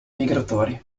migratori